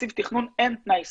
בתקציב תכנון אין תנאי סף,